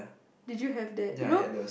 did you have that you know